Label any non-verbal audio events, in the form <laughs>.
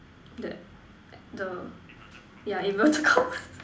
the <noise> the yeah inverted commas <laughs>